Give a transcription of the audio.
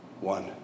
one